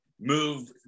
move